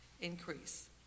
increase